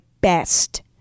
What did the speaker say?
best